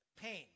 pain